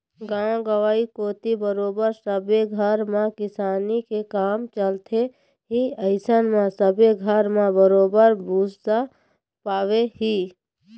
गाँव गंवई कोती बरोबर सब्बे घर म किसानी के काम चलथे ही अइसन म सब्बे घर म बरोबर भुसा पाबे ही